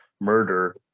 murder